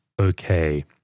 okay